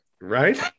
Right